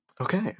Okay